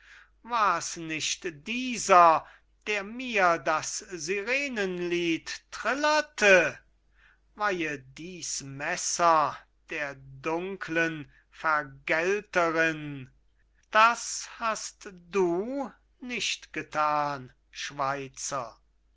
wars nicht dieser der mir das sirenenlied trillerte weihe diß messer der dunklen vergelterinn das hast du nicht gethan schweizer